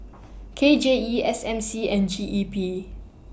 K J E S M C and G E P